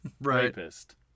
rapist